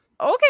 okay